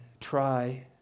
try